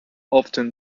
often